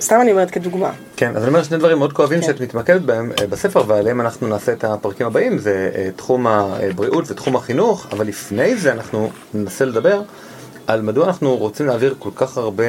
סתם אני אומרת כדוגמה כן אז אני אומר שני דברים מאוד כואבים שאת מתמקדת בהם בספר ועליהם אנחנו נעשה את הפרקים הבאים זה תחום הבריאות ותחום החינוך אבל לפני זה אנחנו ננסה לדבר. על מדוע אנחנו רוצים להעביר כל כך הרבה